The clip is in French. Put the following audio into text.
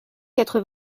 quatre